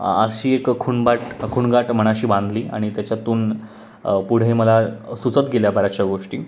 अशी एक खूनबाट खूणगाठ मनाशी बांधली आणि त्याच्यातून पुढे मला सुचत गेल्या बऱ्याचश्या गोष्टी